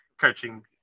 coaching